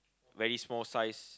very small size